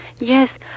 Yes